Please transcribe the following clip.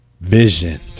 Vision